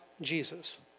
Jesus